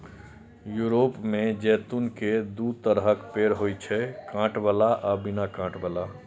Europe मे जैतून के दू तरहक पेड़ होइ छै, कांट बला आ बिना कांट बला